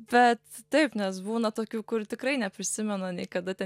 bet taip nes būna tokių kur tikrai neprisimena nei kada ten